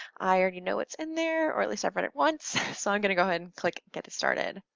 i already know what's in there, or at least i've read it once, so i'm gonna go ahead and click get started.